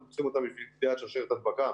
אנחנו צריכים אותן בשביל קטיעת שרשרת הדבקה